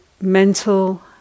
mental